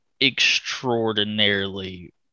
extraordinarily